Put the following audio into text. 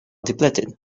depleted